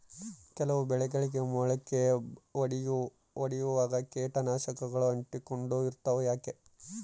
ಕೆಲವು ಬೆಳೆಗಳಿಗೆ ಮೊಳಕೆ ಒಡಿಯುವಾಗ ಕೇಟನಾಶಕಗಳು ಅಂಟಿಕೊಂಡು ಇರ್ತವ ಯಾಕೆ?